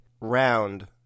round